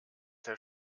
der